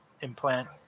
implant